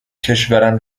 کشورم